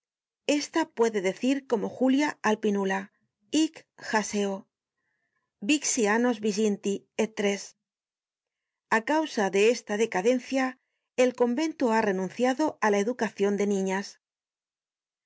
esta puede decir como julia alpinula hic jaceo vixi annos viginti et tres a causa de esta decadencia el convento ha renunciado á la educacion de niñas